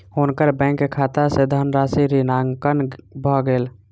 हुनकर बैंक खाता सॅ धनराशि ऋणांकन भ गेल